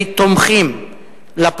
ואיתן כבל ואברהם מיכאלי תומכים,